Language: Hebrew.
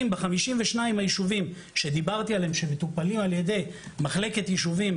ב-52 היישובים שדיברתי עליהם שהם מטופלים על ידי מחלקת יישובים,